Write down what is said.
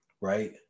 right